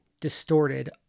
distorted